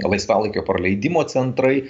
laisvalaikio praleidimo centrai